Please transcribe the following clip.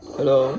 Hello